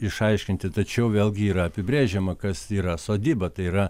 išaiškinti tačiau vėlgi yra apibrėžiama kas yra sodyba tai yra